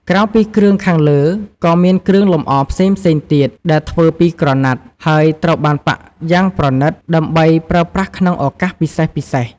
ក្រៅពីគ្រឿងខាងលើ ក៏មានគ្រឿងលម្អផ្សេងៗទៀតដែលធ្វើពីក្រណាត់ ហើយត្រូវបានប៉ាក់យ៉ាងប្រណិត ដើម្បីប្រើប្រាស់ក្នុងឱកាសពិសេសៗ។